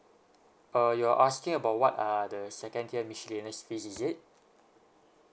uh you're asking about what are the second tier miscellaneous fee is it